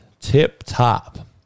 tip-top